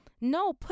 No